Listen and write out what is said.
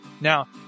Now